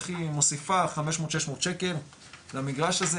היא מוסיפה 500-600 שקל למגרש הזה,